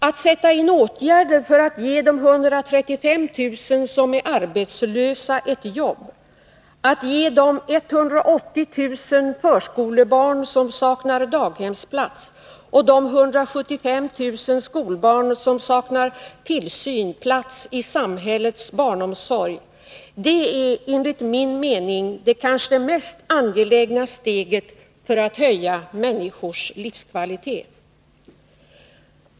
Att sätta in åtgärder för att ge de 135 000 som är arbetslösa ett jobb, att ge de 180 000 förskolebarn som saknar daghemsplats och de 175 000 skolbarn som saknar tillsyn plats i samhällets barnomsorg, det är enligt min mening det kanske mest angelägna steget för att höja människors livskvalitet.